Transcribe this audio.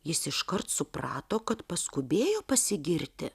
jis iškart suprato kad paskubėjo pasigirti